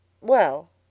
well,